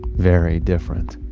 very different